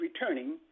returning